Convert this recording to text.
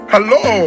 Hello